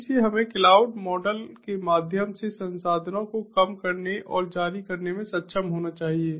तेजी से हमें क्लाउड मॉडल के माध्यम से संसाधनों को कम करने और जारी करने में सक्षम होना चाहिए